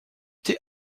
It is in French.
thé